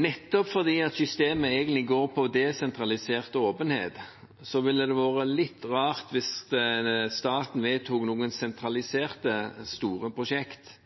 Nettopp fordi systemet egentlig går på desentralisert åpenhet, ville det vært litt rart hvis staten vedtok noen sentraliserte, store prosjekter.